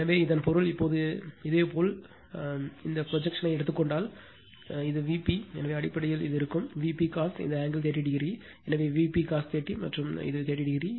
எனவே இதன் பொருள் இப்போது இதேபோல் இப்போது இந்த ப்ரொஜெக்ஷன் எடுத்துக் கொண்டால் ஏனெனில் இது Vp எனவே அடிப்படையில் இது இருக்கும் Vp cos இந்த ஆங்கிள் 30o எனவே Vp cos 30 மற்றும் இது 30o ஆகும்